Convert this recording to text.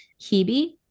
Hebe